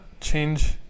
change